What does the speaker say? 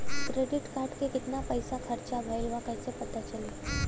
Credit card के कितना पइसा खर्चा भईल बा कैसे पता चली?